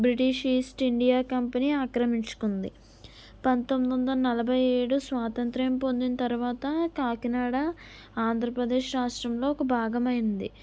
British East India Company ఆక్రమించుకుంది పంతొందొందల నలభై ఏడు స్వాతంత్రం పొందిన తర్వాత కాకినాడ ఆంధ్ర ప్రదేశ్ రాష్ట్రంలో ఒక భాగం అయింది